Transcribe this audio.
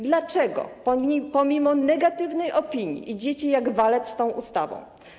Dlaczego pomimo negatywnej opinii idziecie jak walec z tą ustawą?